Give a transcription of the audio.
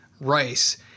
rice